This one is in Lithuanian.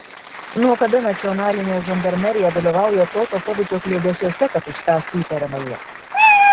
nuo kada nacionalinė žandarmerija dalyvauja tokio pobūdžio kliedesiuose kad užspęstų įtariamąjį